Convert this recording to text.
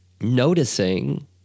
noticing